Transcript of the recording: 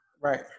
Right